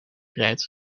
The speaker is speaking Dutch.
rijdt